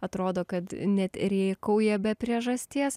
atrodo kad net rėkauja be priežasties